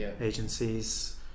agencies